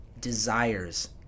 desires